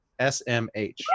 SMH